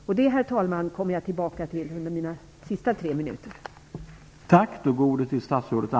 Till detta, herr talman, kommer jag tillbaka under mitt sista treminutersanförande.